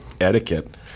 etiquette